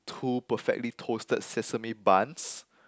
two perfectly toasted sesame buns